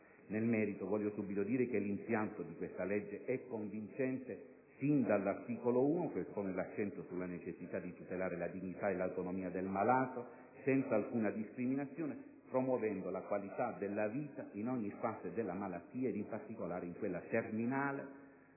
Nel merito, voglio subito dire che l'impianto di questa legge è convincente sin dall'articolo 1, che pone l'accento sulla necessità di tutelare la dignità e l'autonomia del malato, senza alcuna discriminazione, promuovendo la qualità della vita in ogni fase della malattia, in particolare in quella terminale,